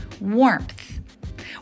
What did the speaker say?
warmth